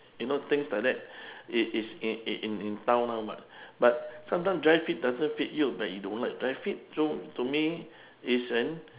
you know things like that it is in in in in town now but but sometimes dri fit doesn't fit you but you don't like dri fit so to me it's an